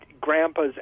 Grandpa's